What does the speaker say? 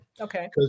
Okay